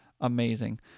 amazing